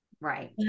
Right